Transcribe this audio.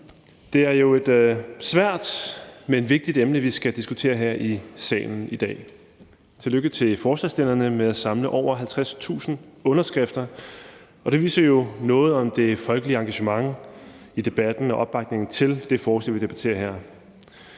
Det er jo et svært, men vigtigt emne, vi skal diskutere her i salen i dag. Tillykke til stillerne af borgerforslaget med at samle over 50.000 underskrifter. Det viser jo noget om det folkelige engagement i debatten og opbakningen til det forslag, vi debatterer her.